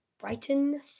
Brighton